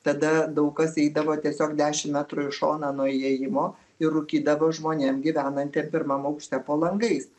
tada daug kas eidavo tiesiog dešimt metrų į šoną nuo įėjimo ir rūkydavo žmonėm gyvenantiem pirmam aukšte po langais